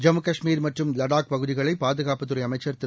ஜம்முகாஷ்மீர் மற்றம் லடாக் பகுதிகளைபாதுகாப்புத் துறைஅமைச்சர் திரு